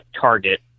target